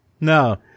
No